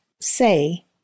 say